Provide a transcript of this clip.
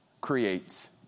creates